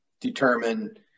determine